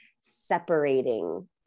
separating